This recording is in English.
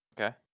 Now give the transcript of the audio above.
okay